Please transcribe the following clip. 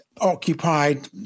occupied